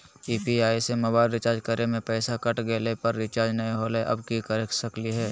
UPI से mobile recharge करे में पैसा कट गेलई, पर रिचार्ज नई होलई, अब की कर सकली हई?